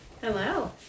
Hello